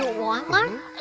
ah want one?